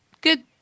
good